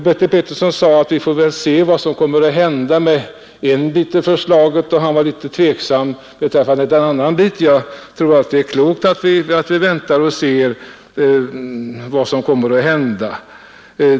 Bertil Petersson i Nybro sade att vi väl får se vad som kommer att hända med en del av förslaget. Han var litet tveksam beträffande en annan del. Jag tror att det är klokt att vänta och se vad som kommer att hända.